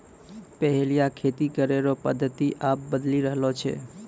पैहिला खेती करै रो पद्धति आब बदली रहलो छै